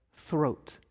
throat